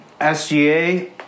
SGA